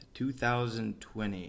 2020